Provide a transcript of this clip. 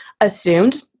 assumed